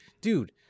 dude